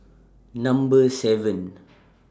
Number seven